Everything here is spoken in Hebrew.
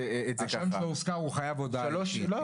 השם שלו הוזכר הוא חייב עוד -- אני רק אגיד,